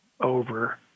over